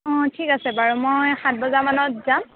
অঁ ঠিক আছে বাৰু মই সাত বজামানত যাম